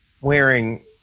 wearing